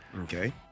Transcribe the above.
Okay